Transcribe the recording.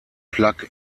plug